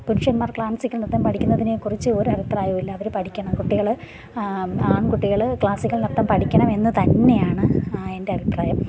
പുരുഷന്മാർ ക്ലാസിക്കൽ നൃത്തം പഠിക്കുന്നതിനെക്കുറിച്ച് ഒരഭിപ്രായവുമില്ല അവർ പഠിക്കണം കുട്ടികൾ ആൺകുട്ടികൾ ക്ലാസിക്കൽ നൃത്തം പഠിക്കണമെന്ന് തന്നെയാണ് എൻ്റെ അഭിപ്രായം